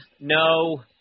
no